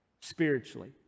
spiritually